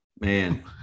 Man